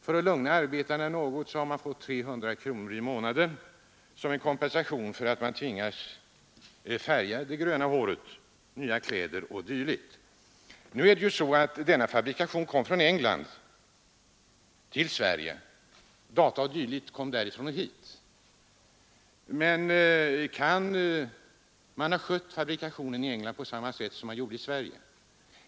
För att lugna arbetarna har man gett dem 300 kronor i månaden som en kompensation då de tvingats färga det gröna håret, köpa nya kläder osv. Denna fabrikation kom från England till Sverige; data o. d.. kom därifrån hit. Men kan man ha skött fabrikationen i England på samma sätt som man gjort i Sverige?